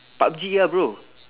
pub G ah bro